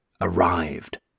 arrived